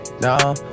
No